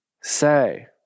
say